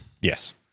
Yes